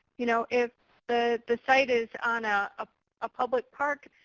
you know if the the site is on a ah ah public park,